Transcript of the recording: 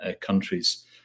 countries